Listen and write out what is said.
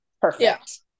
perfect